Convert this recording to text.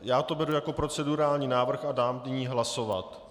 Já to beru jako procedurální návrh a dám nyní hlasovat.